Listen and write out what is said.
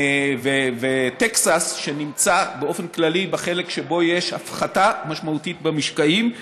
וטקסס שנמצאות באופן כללי בחלק שבו יש הפחתה משמעותית במשקעים.